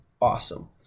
awesome